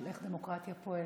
של איך דמוקרטיה פועלת,